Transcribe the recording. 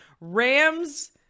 Rams